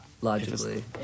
Logically